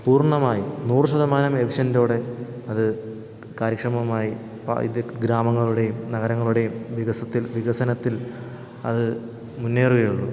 പൂർണ്ണമായും നൂറു ശതമാനം എഫിഷ്യൻറ്റോടെ അത് കാര്യക്ഷമമായി ഇത് ഗ്രാമങ്ങളുടേയും നഗരങ്ങളുടേയും വികസത്തിൽ വികസനത്തിൽ അത് മുന്നേറുകയുള്ളു